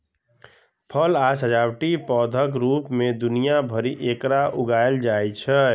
फल आ सजावटी पौधाक रूप मे दुनिया भरि मे एकरा उगायल जाइ छै